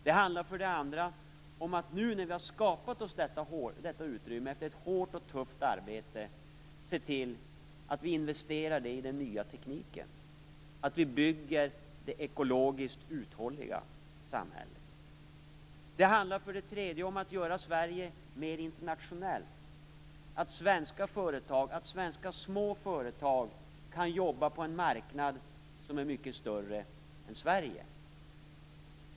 Det handlar för det andra om att vi nu när vi har skapat oss detta utrymme, efter ett hårt och tufft arbete, skall se till att vi investerar det i den nya tekniken, att vi bygger det ekologiskt uthålliga samhället. Det handlar för det tredje om att göra Sverige mer internationellt, att svenska små företag kan jobba på en marknad som är mycket större än Sverige.